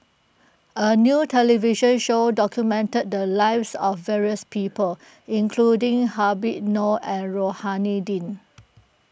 a new television show documented the lives of various people including Habib Noh and Rohani Din